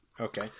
okay